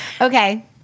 Okay